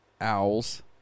owls